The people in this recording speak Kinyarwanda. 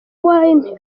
wine